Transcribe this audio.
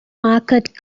market